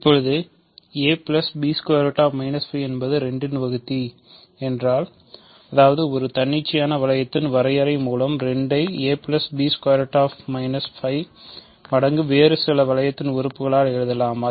இப்போது என்பது 2 இன் வகுத்தி என்றால் அதாவது ஒரு தன்னிச்சையான வளையத்தில் வரையறை மூலம் 2 ஐ மடங்கு வேறு சில வளையத்தின் உறுப்புகளால் எழுதலாம்